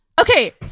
okay